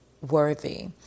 Worthy